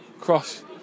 Cross